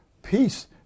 peace